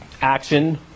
action